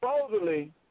supposedly